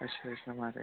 अच्छा अच्छा माराज